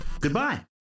Goodbye